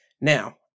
Now